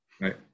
right